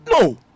No